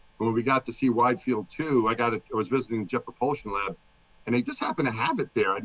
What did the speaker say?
well, we got to see wide field, too. i got it. i was visiting jet propulsion lab and it just happened to have it there. and